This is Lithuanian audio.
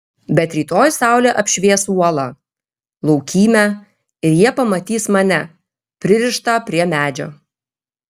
bet rytoj saulė apšvies uolą laukymę ir jie pamatys mane pririštą prie medžio